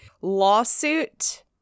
lawsuit